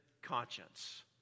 conscience